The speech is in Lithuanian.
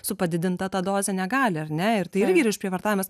su padidinta ta doze negali ar ne tai irgi yra išprievartavimas